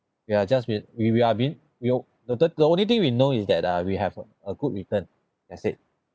we are just been we we are been we uh the the the only thing we know is that uh we have a good return that's it